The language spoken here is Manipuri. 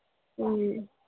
ꯎꯝ